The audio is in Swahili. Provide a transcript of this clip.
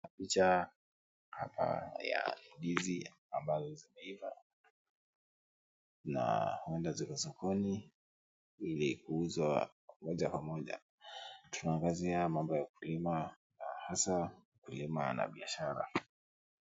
Kuna picha hapa ya ndizi ambazo zimeiva. Na Huenda ziko sokoni ili kuuzwa moja kwa moja. Tunaangazia mambo ya ukulima, na hasa ukulima na biashara.